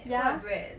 ya